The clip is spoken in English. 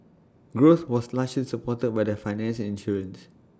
growth was largely supported by the finance and insurance